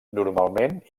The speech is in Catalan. normalment